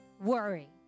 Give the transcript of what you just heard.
worry